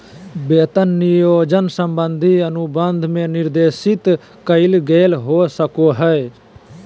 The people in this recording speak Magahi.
वेतन नियोजन संबंधी अनुबंध में निर्देशित कइल गेल हो सको हइ